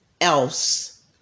else